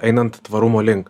einant tvarumo link